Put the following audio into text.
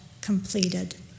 completed